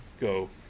go